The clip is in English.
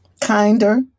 kinder